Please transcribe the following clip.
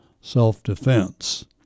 self-defense